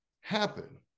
happen